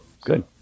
Good